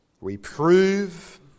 Reprove